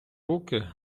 руки